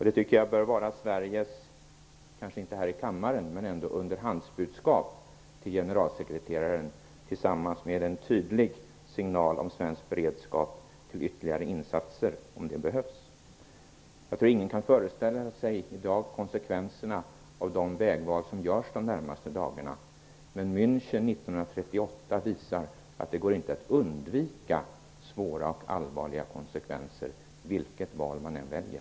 Det tycker jag bör vara Sveriges budskap - kanske inte här i kammaren, men i alla fall ett underhandsbudskap - till generalsekreteraren tillsammans med en tydlig signal om en svensk beredskap för ytterligare insatser om det behövs. Ingen kan väl i dag föreställa sig konsekvenserna av de vägval som görs under de närmaste dagarna. München 1938 visar att det inte går att undvika svåra och allvarliga konsekvenser - vilket val man än gör.